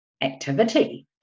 activity